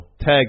tag